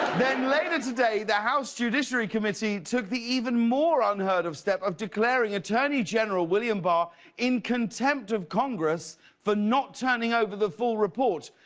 then later today the house judiciary committee took the even more unheard of step of declaring attorney general william barr in contempt of congress for not turning over the full report.